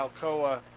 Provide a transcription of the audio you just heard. Alcoa